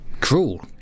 cruel